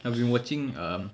I've been watching um